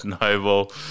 Noble